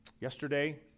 yesterday